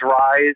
rise